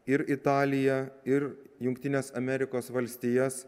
ir italiją ir jungtines amerikos valstijas